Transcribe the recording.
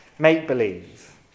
Make-believe